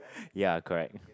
ya correct